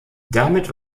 damit